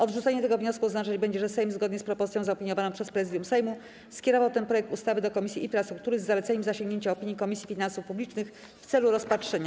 Odrzucenie tego wniosku oznaczać będzie, że Sejm, zgodnie z propozycją zaopiniowaną przez Prezydium Sejmu, skierował ten projekt ustawy do Komisji Infrastruktury, z zaleceniem zasięgnięcia opinii Komisji Finansów Publicznych, w celu rozpatrzenia.